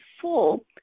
full